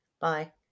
Bye